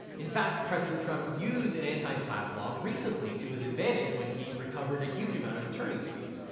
in fact, president trump used an anti-slapp law recently, to his advantage when he recovered a huge amount of attorneys fees.